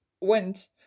went